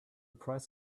price